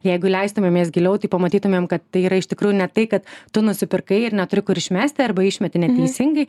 jeigu leistumėmės giliau tai pamatytumėm kad tai yra iš tikrųjų ne tai kad tu nusipirkai ir neturi kur išmesti arba išmeti neteisingai